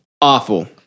awful